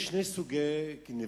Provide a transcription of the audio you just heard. יש שני סוגי גנבה: